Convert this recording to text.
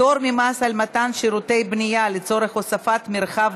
פטור ממס על מתן שירותי בנייה לצורך הוספת מרחב